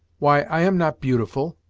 why i am not beautiful,